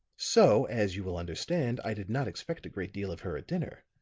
so, as you will understand, i did not expect a great deal of her at dinner.